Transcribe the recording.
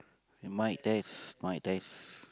mic test mic test